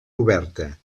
oberta